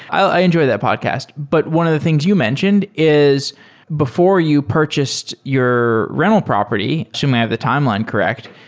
i enjoy that podcast. but one of the things you mentioned is before you purchased your rental property, assume i have the timeline correct,